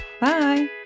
Bye